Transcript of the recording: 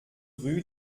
rue